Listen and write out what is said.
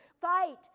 fight